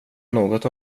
något